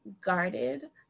guarded